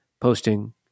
posting